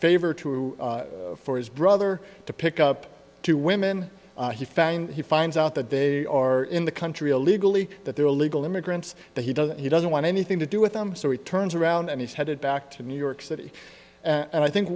favor to for his brother to pick up two women he found he finds out that they are in the country illegally that they're illegal immigrants that he doesn't he doesn't want anything to do with them so he turns around and he's headed back to new york city and i think